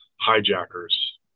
hijackers